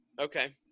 Okay